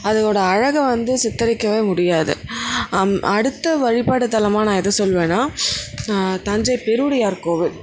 அதோட அழகை வந்து சித்தரிக்கவே முடியாது அம் அடுத்த வழிபாடுதலமா நான் எதை சொல்வேன்னா தஞ்சை பெருவுடையார் கோவில்